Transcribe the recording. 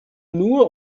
nur